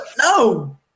No